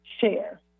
share